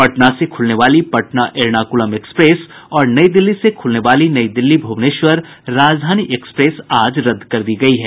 पटना से खुलने वाली पटना एर्णाकूलम एक्सप्रेस और नई दिल्ली से खूलने वाली नई दिल्ली भूवनेश्वर राजधानी एक्सप्रेस आज रद्द कर दी गयी है